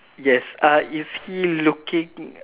yes uh is he looking